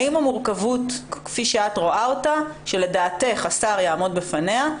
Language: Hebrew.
האם המורכבות כפי שאת רואה אותה ושלדעתך השר יעמוד בפניה,